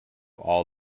all